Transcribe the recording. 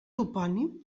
topònim